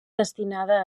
destinada